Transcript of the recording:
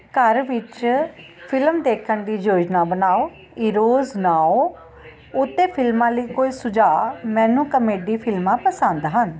ਘਰ ਵਿੱਚ ਫਿਲਮ ਦੇਖਣ ਦੀ ਯੋਜਨਾ ਬਣਾਓ ਈਰੋਸ ਨਾਓ ਉੱਤੇ ਫਿਲਮਾਂ ਲਈ ਕੋਈ ਸੁਝਾਅ ਮੈਨੂੰ ਕਾਮੇਡੀ ਫਿਲਮਾਂ ਪਸੰਦ ਹਨ